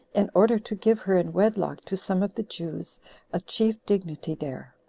in order to give her in wedlock to some of the jews of chief dignity there.